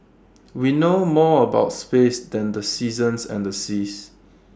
we know more about space than the seasons and the seas